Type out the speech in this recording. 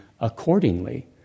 accordingly